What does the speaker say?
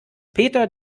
peter